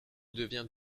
devient